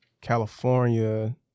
California